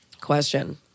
Question